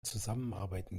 zusammenarbeiten